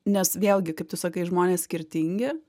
nes vėlgi kaip tu sakai žmonės skirtingi